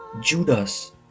Judas